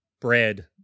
bread